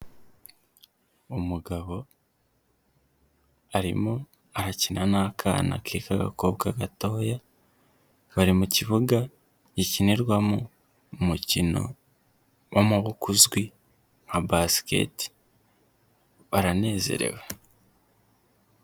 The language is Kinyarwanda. Umugabo arimo arakina n'akana ke k'agakobwa gatoya, bari mu kibuga gikinirwamo umukino w'amaboko uzwi nka basiketi, baranezerewe.